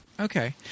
Okay